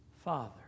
Father